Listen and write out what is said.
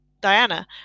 Diana